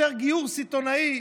יותר גיור סיטונאי.